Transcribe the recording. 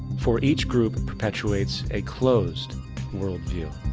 for each group perpetuates a closed world view.